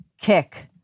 kick